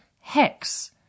Hex